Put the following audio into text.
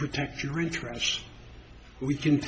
protect your interests we c